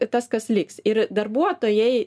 tas kas liks ir darbuotojai